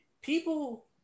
people